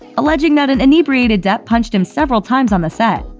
alleging that an inebriated depp punched him several times on the set.